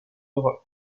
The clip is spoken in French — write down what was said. europe